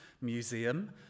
museum